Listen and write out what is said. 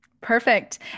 Perfect